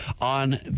on